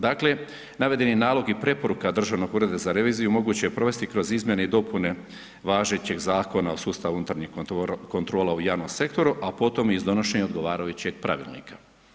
Dakle, navedeni nalog i preporuka Državnog ureda za reviziju moguće je provesti kroz Izmjene i dopune važećeg Zakona o sustavu unutarnjih kontrola u javnom sektoru a potom iz donošenja odgovarajućeg pravilnika.